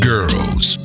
Girls